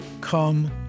Come